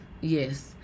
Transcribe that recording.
yes